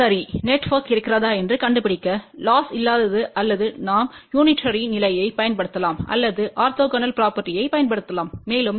சரி நெட்வொர்க் இருக்கிறதா என்று கண்டுபிடிக்க லொஸ் இல்லாதது அல்லது நாம் யூனிடேரி நிலையைப் பயன்படுத்தலாம் அல்லது ஆர்த்தோகனல் ப்ரொபேர்ட்டிப் பயன்படுத்தலாம் மேலும்